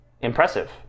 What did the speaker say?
impressive